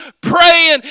praying